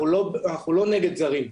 אנחנו לא נגד זרים.